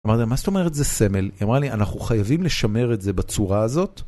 אמרת מה זאת אומרת זה סמל, אמרה לי אנחנו חייבים לשמר את זה בצורה הזאת?